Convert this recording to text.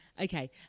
Okay